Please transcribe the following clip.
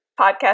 podcast